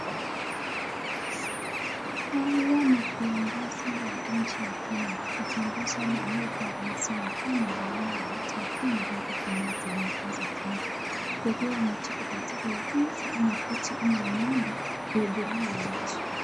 Hawa ni viongozi wa nchi ya Kenya, akiongozwa na aliyekuwa rais wa Kenya wa nne Uhuru Kenyatta, amevaa suti lake wakiwa wametoka katika ofisi ama koti ama wanaenda kuhudhuria watu.